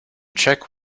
check